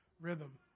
rhythm